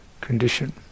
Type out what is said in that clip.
condition